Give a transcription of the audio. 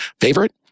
favorite